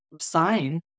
sign